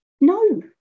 No